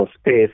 space